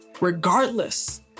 regardless